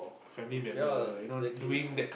ya exactly